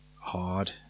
hard